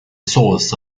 source